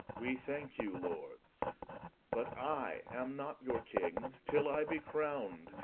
we thanke you lords but i am not your king, till i be crown'd,